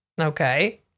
Okay